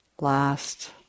last